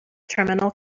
terminal